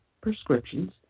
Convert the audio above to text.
prescriptions